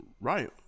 Right